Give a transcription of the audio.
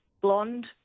blonde